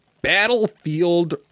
Battlefield